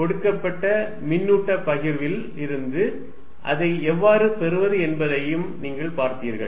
கொடுக்கப்பட்ட மின்னூட்ட பகிர்வில் இருந்து அதை எவ்வாறு பெறுவது என்பதையும் நீங்கள் பார்த்தீர்கள்